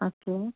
okay